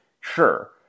Sure